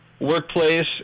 workplace